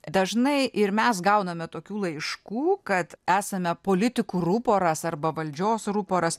dažnai ir mes gauname tokių laiškų kad esame politikų ruporas arba valdžios ruporas